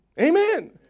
Amen